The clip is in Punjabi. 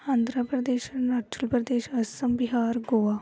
ਆਂਧਰਾ ਪ੍ਰਦੇਸ਼ ਅਰੁਣਾਚਲ ਪ੍ਰਦੇਸ਼ ਅਸਮ ਬਿਹਾਰ ਗੋਆ